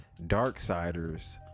Darksiders